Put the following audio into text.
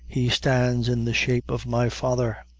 he stands in the shape of my father.